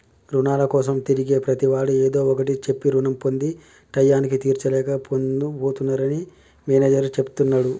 రుణాల కోసం తిరిగే ప్రతివాడు ఏదో ఒకటి చెప్పి రుణం పొంది టైయ్యానికి తీర్చలేక పోతున్నరని మేనేజర్ చెప్తున్నడు